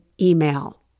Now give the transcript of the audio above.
email